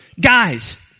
Guys